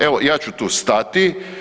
Evo ja ću tu stati.